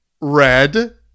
red